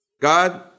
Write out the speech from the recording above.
God